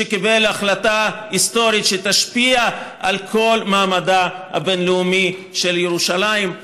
שקיבל החלטה היסטורית שתשפיע על כל מעמדה הבין-לאומי של ירושלים.